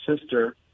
sister